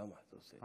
למה אתה עושה את זה?